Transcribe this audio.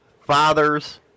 fathers